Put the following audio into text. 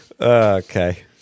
Okay